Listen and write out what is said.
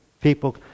people